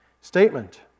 Statement